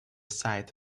site